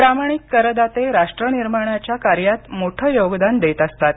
प्रामाणिक करदाते राष्ट्रनिर्माणाच्या कार्यात मोठं योगदान देत असतात